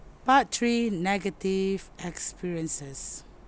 part three negative experiences